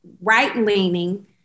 right-leaning